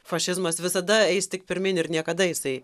fašizmas visada eis tik pirmyn ir niekada jisai